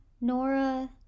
Nora